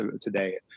today